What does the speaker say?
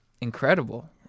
incredible